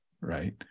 right